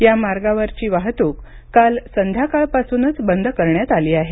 या मार्गावरची वाहतूक काल संध्याकाळ पासनच बंद करण्यात आली आहे